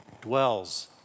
dwells